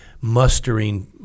mustering